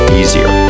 easier